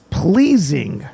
pleasing